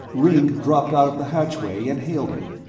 ringg dropped out of the hatchway and hailed him.